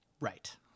Right